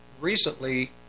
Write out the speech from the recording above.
recently